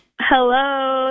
Hello